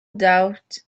doubt